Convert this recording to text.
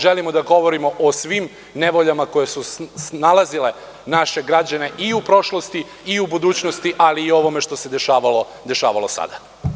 Želimo da govorimo o svim nevoljama koje su snalazile naše građane i u prošlosti i u budućnosti, ali i o ovome što se dešavalo sada.